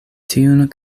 tiun